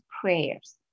prayers